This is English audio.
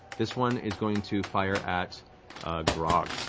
this one is going to fire at grog.